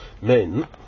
men